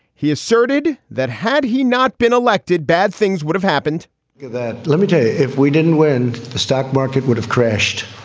he asserted that had he not been elected, bad things would have happened that let me say, if we didn't win, the stock market would have crashed.